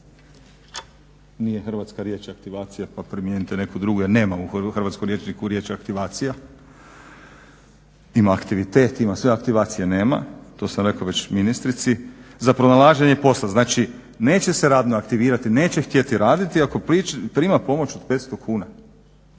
nije hrvatska riječ aktivacija pa primijenite neku drugu jer nema u hrvatskom rječniku riječ aktivacija, ima aktivitet, ima sve, aktivacije nema, to sam rekao već ministrici, za pronalaženje posla. Znači neće se radno aktivirati, neće htjeti raditi ako prima pomoć od 500 kuna.